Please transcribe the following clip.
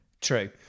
true